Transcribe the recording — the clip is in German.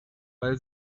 bei